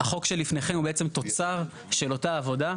החוק שלפניכם הוא בעצם תוצר של אותה עבודה.